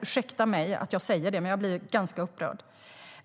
Ursäkta att jag säger det, men jag blir ganska upprörd.